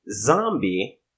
zombie